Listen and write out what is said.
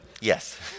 Yes